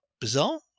Bizarre